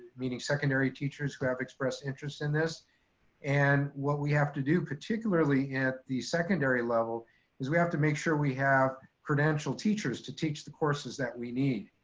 meaning secondary teachers who have expressed interest in this and what we have to do particularly at the secondary level is we have to make sure we have credentialed teachers to teach the courses that we need.